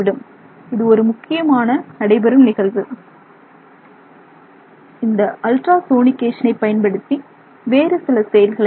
இது ஒரு முக்கியமாக நடைபெறும் நிகழ்வு இந்த அல்ட்ராசோனிகேஷனை பயன்படுத்தி வேறு சில செயல்களை செய்யலாம்